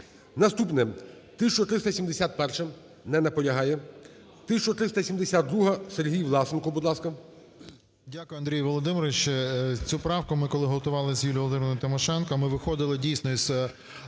Наступне. 1371-а. Не наполягає. 1372-а. Сергій Власенко, будь ласка.